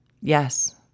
Yes